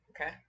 okay